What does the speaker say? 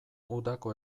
udako